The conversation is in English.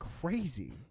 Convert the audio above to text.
crazy